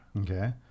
Okay